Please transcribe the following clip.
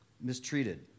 mistreated